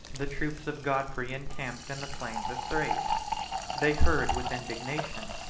the troops of godfrey encamped in the plains of thrace they heard with indignation,